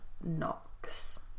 knocks